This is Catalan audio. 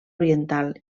oriental